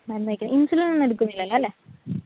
മരുന്ന് കഴിക്കാൻ ഇൻസുലിൻ ഒന്നും എടുക്കുന്നില്ലല്ലോ അല്ലേ